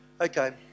Okay